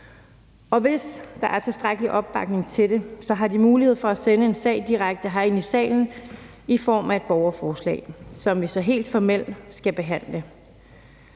Og hvis der er tilstrækkelig opbakning til det, har man mulighed for at sende en sag direkte herind i salen i form af et borgerforslag, som vi så helt formelt skal behandle.